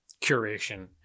curation